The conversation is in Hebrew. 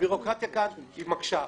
הביורוקרטיה כאן מקשה.